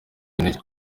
intege